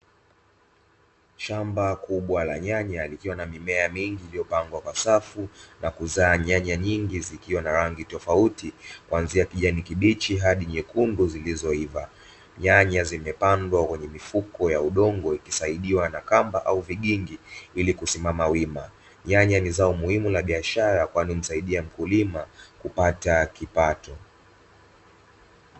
Shamba kubwa la nyanya likiwa na mimea mingi iliyopangwa kwa safu na kuzaa nyanya nyingi zikiwa na rangi tofauti, kuanzia kijani kibichi hadi nyekundu zilizoiva nyanya zimepandwa kwenye mifuko ya udongo ikisaidiwa na kamba au vigingi ili kusimama wima. Nyanya ni zao muhimu la biashara kwani humsaidia mkulima kupata kipato.